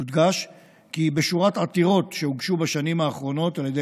יודגש כי בשורת עתירות שהוגשו בשנים האחרונות על ידי